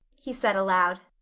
he said aloud,